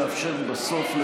הביתה.